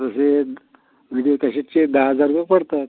तसे विडिओ कॅसेटचे दहा हजार रुपये पडतात